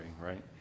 right